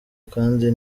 kandi